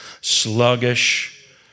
sluggish